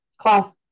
class